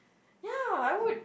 ya I would